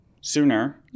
sooner